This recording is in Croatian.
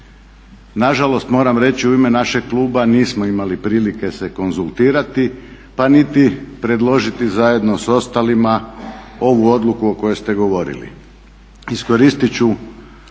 Nažalost moram reći u ime našeg kluba nismo imali prilike se konzultirati pa niti predložiti zajedno s ostalima ovu odluku o kojoj ste govorili. Iskoristit ću